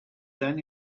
only